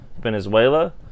Venezuela